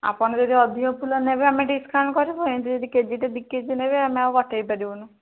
ଆପଣ ଯଦି ଅଧିକ ଫୁଲ ନେବେ ଆମେ ଡ଼ିସକାଉଣ୍ଟ କରିବୁ ଏମିତି ଯଦି କେଜିଟେ ଦୁଇକେଜି ନେବେ ଆମେ ଆଉ କଟାଇପାରିବୁନୁ